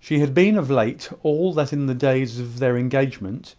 she had been of late all that in the days of their engagement